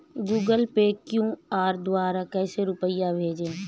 Google Pay QR द्वारा कैसे रूपए भेजें?